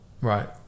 right